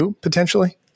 potentially